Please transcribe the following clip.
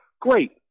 great